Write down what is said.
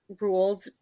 ruled